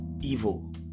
evil